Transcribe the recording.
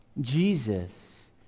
Jesus